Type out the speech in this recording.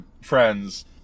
friends